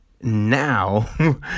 now